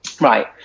right